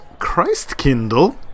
Christkindle